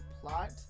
plot